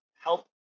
help